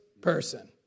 person